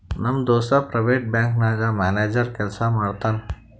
ನಮ್ ದೋಸ್ತ private bank ನಾಗ್ ಮ್ಯಾನೇಜರ್ ಕೆಲ್ಸಾ ಮಾಡ್ತಾನ್